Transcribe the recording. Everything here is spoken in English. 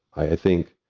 i think,